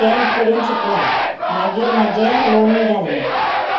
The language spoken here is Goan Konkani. टेंत पर्यंत शिकलां मागीर म्हजें लग्न जालें